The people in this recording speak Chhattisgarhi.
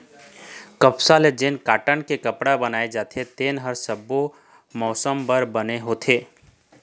कपसा ले जेन कॉटन के कपड़ा बनाए जाथे तेन ह सब्बो मउसम बर बने होथे